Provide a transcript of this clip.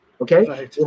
Okay